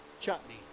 chutney